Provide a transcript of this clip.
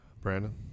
Brandon